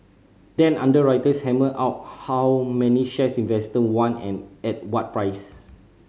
then underwriters hammer out how many shares investor want and at what price